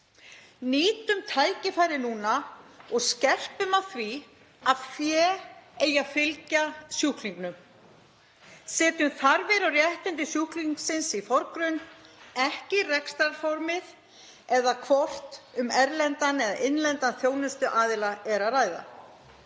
Nýtum tækifærið núna og skerpum á því að fé eigi að fylgja sjúklingnum. Setjum þarfir og réttindi sjúklingsins í forgrunn, ekki rekstrarformið eða hvort um erlendan eða innlendan þjónustuaðila er að ræða.